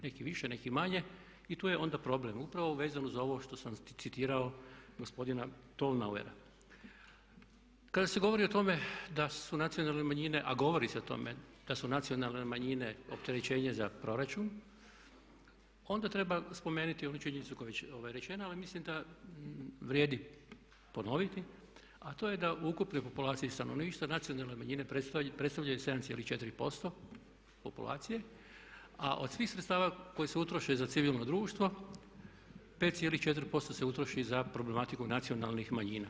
Neki više, neki manje i tu je onda problem, upravo vezano za ovo što sam citirao gospodina … Kada se govori o tome da su nacionalne manjine, a govori se o tome da su nacionalne manjine opterećenje za proračun onda treba spomenuti onu činjenicu koja je rečena ali mislim da vrijedi ponoviti a to je da u ukupnoj populaciji stanovništva nacionalne manjine predstavljaju 7,4% populacije a od svih sredstava koje se utroše za civilno društvo 5,4% se utroši za problematiku nacionalnih manjina.